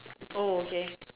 oh okay